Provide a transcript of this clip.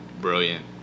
brilliant